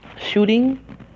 shooting